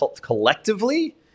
collectively